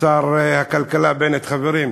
שר הכלכלה בנט, חברים,